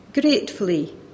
Gratefully